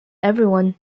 everyone